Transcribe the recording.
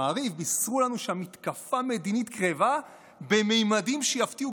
במעריב בישרו לנו שהמתקפה המדינית קרבה בממדים שיפתיעו